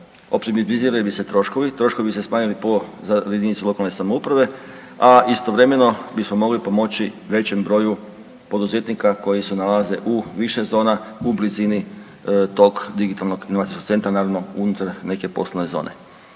optimizirali bi se troškovi, troškovi bi se smanjili na pola za JLS, a istovremeno bismo mogli pomoći većem broju poduzetnika koji se nalaze u više zona u blizini tog digitalnog inovacijskog centra naravno unutar neke poslove zone.